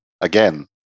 Again